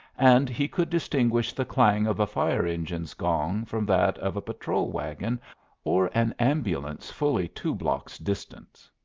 and he could distinguish the clang of a fire-engine's gong from that of a patrol-wagon or an ambulance fully two blocks distant.